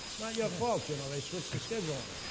not your fault. and they switched the schedule on